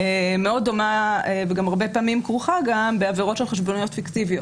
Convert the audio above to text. מאוד דומה וגם הרבה פעמים כרוכה בעבירות של חשבוניות פיקטיביות,